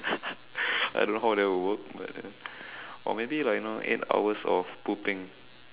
I don't know how that will work but ya or maybe like you know eight hours of pooping